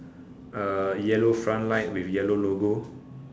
uh yellow front light with yellow logo